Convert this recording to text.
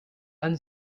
anne